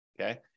okay